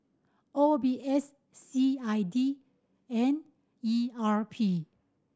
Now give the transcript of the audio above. O B S C I D and E R P